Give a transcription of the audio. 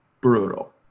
brutal